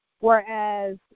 whereas